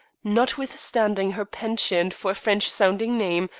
notwithstanding her penchant for a french-sounding name,